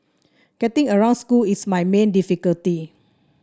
getting around school is my main difficulty